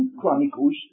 Chronicles